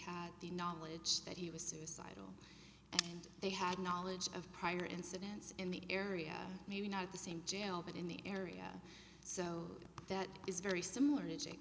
had the knowledge that he was suicidal and they had knowledge of prior incidents in the area maybe not the same jail but in the area so that is very similar to